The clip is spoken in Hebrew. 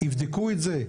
יבדקו את זה?